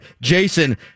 Jason